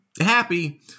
happy